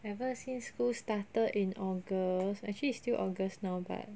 ever since school started in august actually is still august now but